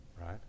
right